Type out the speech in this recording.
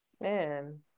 Man